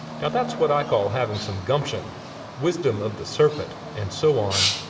now, that's what i call having some gumption wisdom of the serpent, and so on.